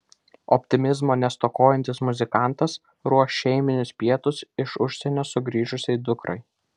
optimizmo nestokojantis muzikantas ruoš šeiminius pietus iš užsienio sugrįžusiai dukrai